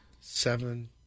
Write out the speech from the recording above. Seven